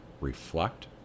reflect